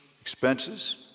expenses